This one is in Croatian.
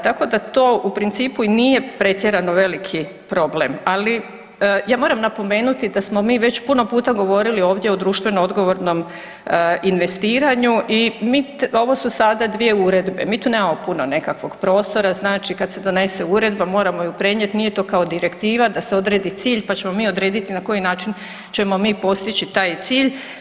Tako da to u principu i nije pretjerano veliki problem, ali ja moram napomenuti da smo mi već puno puta govorili ovdje o društveno odgovornom investiranu i ovo su sada 2 uredbe, mi tu nemamo puno nekakvog prostora znači kad se donese uredba moramo ju prenijeti, nije to kao direktiva da se odredi cilj pa ćemo mi odrediti na koji način ćemo mi postići taj cilj.